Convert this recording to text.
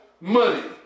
money